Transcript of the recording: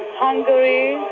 hungary